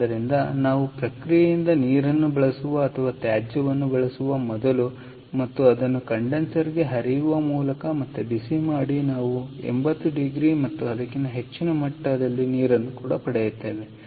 ಆದ್ದರಿಂದ ನಾವು ಪ್ರಕ್ರಿಯೆಯಿಂದ ನೀರನ್ನು ಬಳಸುವ ಅಥವಾ ತ್ಯಾಜ್ಯವನ್ನು ಬಳಸುವ ಮೊದಲು ಮತ್ತು ಅದನ್ನು ಕಂಡೆನ್ಸರ್ಗೆ ಹರಿಯುವ ಮೂಲಕ ಮತ್ತೆ ಬಿಸಿ ಮಾಡಿ ಮತ್ತು ನಾವು 80 ಡಿಗ್ರಿ ಮತ್ತು ಅದಕ್ಕಿಂತ ಹೆಚ್ಚಿನ ಮಟ್ಟದಲ್ಲಿ ನೀರನ್ನು ಪಡೆಯುತ್ತೇವೆ